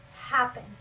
happen